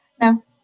No